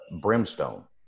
Brimstone